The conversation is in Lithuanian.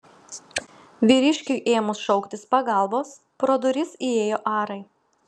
vyriškiui ėmus šauktis pagalbos pro duris įėjo arai